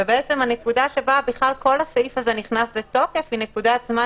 ובעצם הנקודה שבה בכלל כל הסעיף הזה נכנס לתוקף היא נקודת זמן